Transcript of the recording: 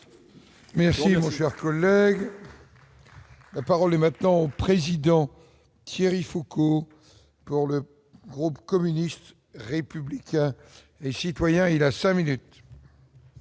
si on cherche relève. La parole est maintenant au président Thierry Foucaud pour le groupe communiste républicain et citoyen, il a 5 minutes.